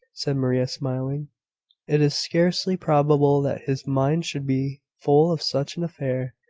said maria, smiling it is scarcely probable that his mind should be full of such an affair,